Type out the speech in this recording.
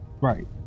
right